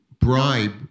bribe